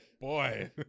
boy